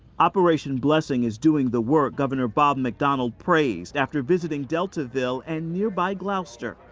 operation blessing is doing the work governor bob mcdonnell praised after visiting deltaville and nearby glouster.